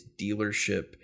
dealership